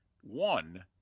One